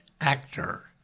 actor